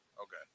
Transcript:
Okay